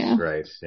Right